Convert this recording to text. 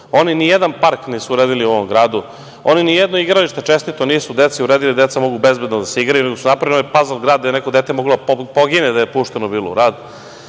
Oni nijedan park nisu uredili u ovom gradu. Oni nijedno igralište čestito nisu deci uredili da deca mogu bezbedno da se igraju, nego su napravili onaj „Pazl grad“, gde je neko dete moglo da pogine da je pušteno bilo u